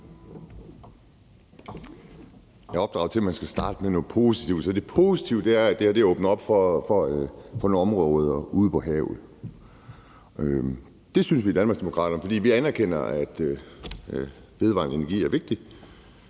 er opdraget til, at man skal starte med noget positivt, og det positive er, at det her åbner op for nogle områder ude på havet. Det synes vi i Danmarksdemokraterne, for vi anerkender, at vedvarende energi er vigtigt,